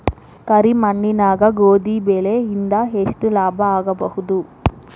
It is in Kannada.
ಕರಿ ಮಣ್ಣಾಗ ಗೋಧಿ ಬೆಳಿ ಇಂದ ಎಷ್ಟ ಲಾಭ ಆಗಬಹುದ?